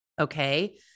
Okay